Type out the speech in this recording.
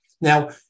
Now